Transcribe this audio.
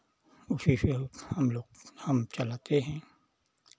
उसीसे हमलोग हम चलाते हैं